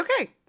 Okay